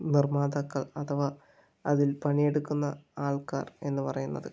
നിർമാതാക്കൾ അഥവാ അതിൽ പണിയെടുക്കുന്ന ആൾക്കാർ എന്ന് പറയുന്നത്